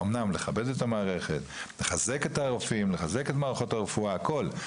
אומנם לכבד את המערכת ולחזק את הרופאים ואת מערכות הרפואה ואת הכול,